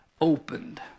opened